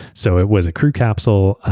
so it was a crew capsule.